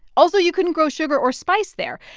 also you couldn't grow sugar or spice there.